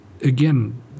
Again